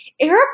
Arab